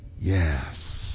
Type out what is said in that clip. Yes